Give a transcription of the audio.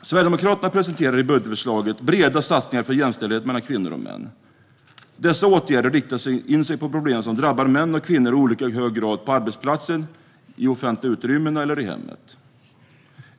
Sverigedemokraterna presenterar i budgetförslaget breda satsningar för jämställdhet mellan kvinnor och män. Dessa åtgärder riktar in sig på de problem som drabbar män och kvinnor i olika hög grad på arbetsplatsen, i offentliga utrymmen eller i hemmet.